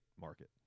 market